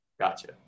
Gotcha